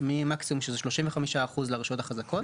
מ מקסימום של 35% לרשויות החזקות